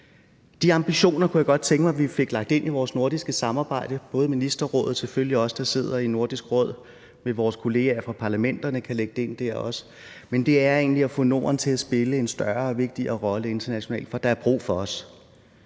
De ambitioner kunne jeg godt tænke mig at vi fik lagt ind i vores nordiske samarbejde, både i forhold til Ministerrådet og selvfølgelig i forhold til os, der sidder i Nordisk Råd med vores kolleger fra parlamenterne. Men det handler egentlig om at få Norden til at spille en større og vigtigere rolle internationalt, for der er brug for os.